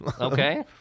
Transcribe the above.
Okay